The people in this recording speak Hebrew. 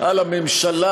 על הממשלה,